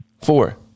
four